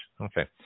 Okay